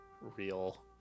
Real